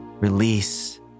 release